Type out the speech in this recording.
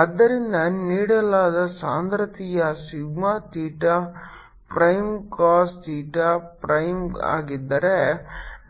ಆದ್ದರಿಂದ ನೀಡಲಾದ ಸಾಂದ್ರತೆಯ sigma theta prime cos theta prime ಆಗಿದ್ದರೆ